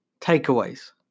takeaways